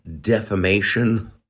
defamation